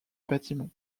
bâtiment